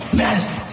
best